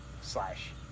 slash